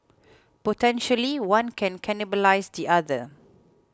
potentially one can cannibalise the other